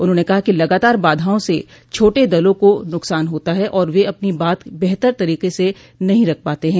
उन्होंने कहा कि लगातार बाधाओं से छोटे दलों को नुकसान होता है और वे अपनी बात बेहतर तरीके से नहीं रख पाते हैं